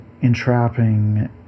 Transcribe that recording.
entrapping